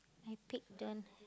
my pig don't h~